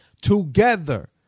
together